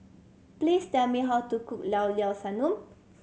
please tell me how to cook Llao Llao Sanum